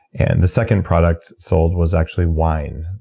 and the second product sold was actually wine.